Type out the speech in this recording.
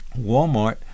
Walmart